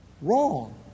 wrong